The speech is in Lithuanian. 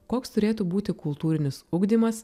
koks turėtų būti kultūrinis ugdymas